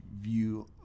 view